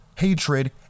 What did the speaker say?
hatred